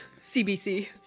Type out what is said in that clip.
CBC